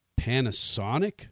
Panasonic